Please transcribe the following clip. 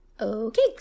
Okay